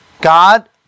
God